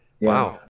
wow